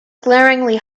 glaringly